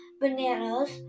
bananas